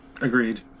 agreed